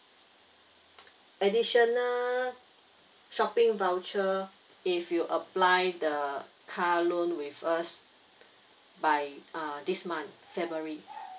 additional shopping voucher if you apply the car loan with us by uh this month february